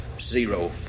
Zero